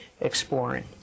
exploring